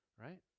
right